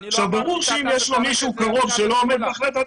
ברור שאם יש מישהו קרוב שלא עומד בהחלטת